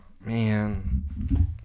Man